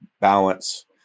balance